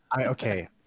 okay